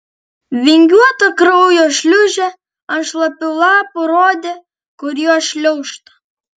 vingiuota kraujo šliūžė ant šlapių lapų rodė kur jo šliaužta